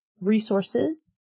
resources